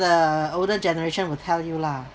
the older generation will tell you lah